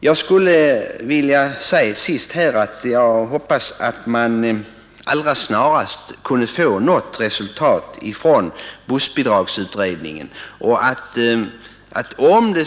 Jag skulle till sist vilja säga att jag hoppas att man med det allra snaraste kunde få fram ett resultat från bussbidragsutredningen.